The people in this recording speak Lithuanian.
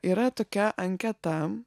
yra tokia anketa